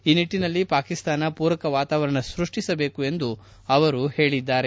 ಈ ನಿಟ್ಟನಲ್ಲಿ ಪಾಕಿಸ್ತಾನ ಪೂರಕ ವಾತಾವರಣ ಸೃಷ್ಟಿಸಬೇಕು ಎಂದು ಅವರು ಹೇಳಿದ್ದಾರೆ